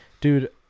Dude